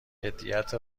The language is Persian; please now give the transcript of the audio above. جدیدت